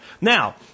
Now